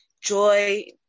Joy